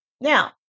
now